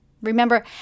Remember